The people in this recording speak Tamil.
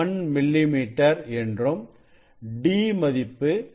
1 மில்லிமீட்டர் என்றும் d மதிப்பு 0